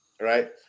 right